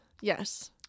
Yes